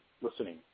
listening